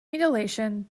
mutilation